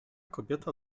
kobieta